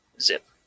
Zip